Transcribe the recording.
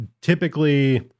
typically